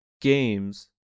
games